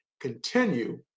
continue